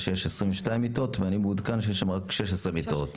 22 מיטות ואני מעודכן שיש שם רק 16 מיטות.